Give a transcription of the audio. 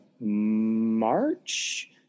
March